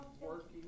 working